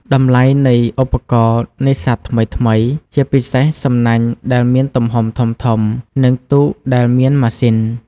តម្លៃនៃឧបករណ៍នេសាទថ្មីៗ ជាពិសេសសំណាញ់ដែលមានទំហំធំៗ និងទូកដែលមានម៉ាស៊ីន។